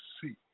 see